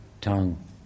tongue